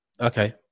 Okay